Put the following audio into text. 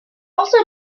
also